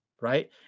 right